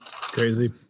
Crazy